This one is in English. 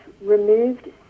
removed